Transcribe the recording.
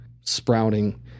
sprouting